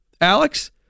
Alex